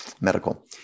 medical